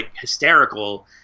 hysterical